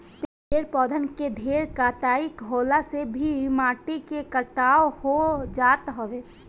पेड़ पौधन के ढेर कटाई होखला से भी माटी के कटाव हो जात हवे